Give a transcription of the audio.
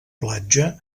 platja